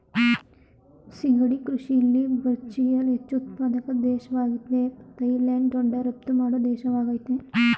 ಸಿಗಡಿ ಕೃಷಿಲಿ ಬ್ರಝಿಲ್ ಹೆಚ್ಚು ಉತ್ಪಾದಕ ದೇಶ್ವಾಗಿದೆ ಥೈಲ್ಯಾಂಡ್ ದೊಡ್ಡ ರಫ್ತು ಮಾಡೋ ದೇಶವಾಗಯ್ತೆ